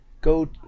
Go